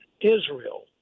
Israel